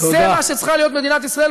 זה מה שצריכה להיות מדינת ישראל,